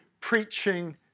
preaching